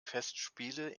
festspiele